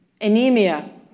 Anemia